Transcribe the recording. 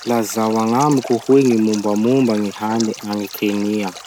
Lazao agnamiko hoe gny mombamomba gny hany agny Kenya?